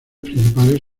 principales